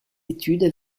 études